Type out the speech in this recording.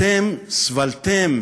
אתם סבלתם